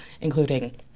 including